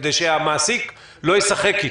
כדי שהמעסיק לא ישחק איתו.